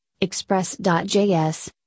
Express.js